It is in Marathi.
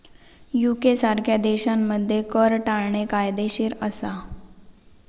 युके सारख्या देशांमध्ये कर टाळणे कायदेशीर असा